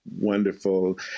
Wonderful